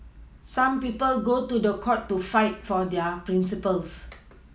some people go to court to fight for their Principles